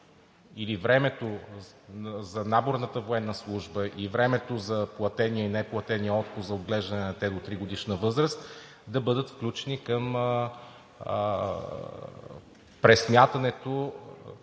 или времето за наборната военна служба и времето за платения и неплатения отпуск за отглеждане на дете до 3-годишна възраст да бъдат включени в пресмятането